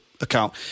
account